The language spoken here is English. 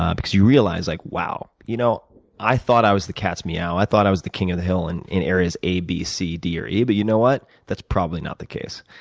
um because you realize like wow, you know i thought i was the cat's meow, i thought i was the king of the hill and in areas a, b, c, d, or e but you know what? that's probably not the case.